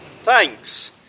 Thanks